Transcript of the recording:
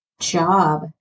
job